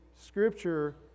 scripture